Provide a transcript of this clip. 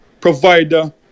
provider